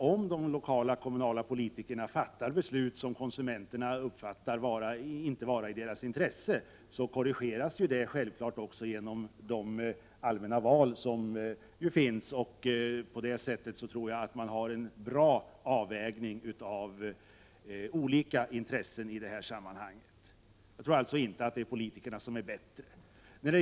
Om de lokala kommunalpolitikerna fattar sådana beslut som konsumenterna uppfattar inte är i deras intresse så korrigeras besluten självfallet genom de allmänna valen. På det sättet tror jag att man får en bra avvägning av olika intressen i detta sammanhang. Jag tror alltså inte att politikerna är bättre.